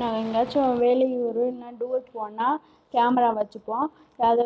நாங்கள் எங்காச்சும் வெளியூர் இல்லைனா டூர் போனால் கேமரா வச்சுப்போம் அது